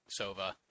Sova